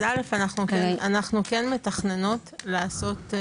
אנחנו כן מתכננות לעשות.